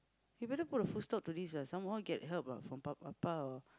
you better put a full stop to this ah somehow get help ah from Appa or